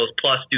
plus